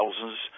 thousands